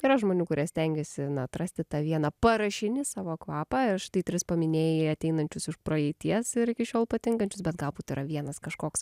yra žmonių kurie stengiasi na atrasti tą vieną parašinį savo kvapą ir štai tris paminėjai ateinančius iš praeities ir iki šiol patinkančius bet galbūt yra vienas kažkoks